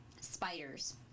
spiders